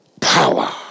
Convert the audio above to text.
power